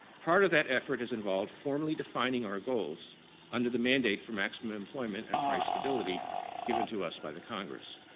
part of that effort has involved formally defining our goals under the mandate for maximum employment and price stability given to us by the congress.